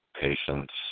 patients